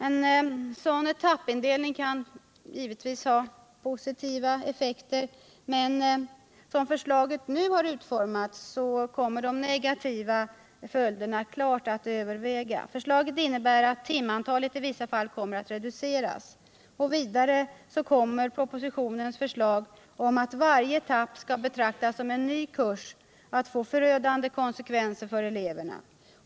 En sådan etappindelning kan givetvis ha positiva effekter, men som förslaget nu har utformats kommer de negativa följderna klart att överväga. Förslaget innebär att timantalet i vissa fall reduceras. Vidare kommer propositionens förslag, att varje etapp skall betraktas som en ny kurs, att få förödande konsekvenser för eleverna.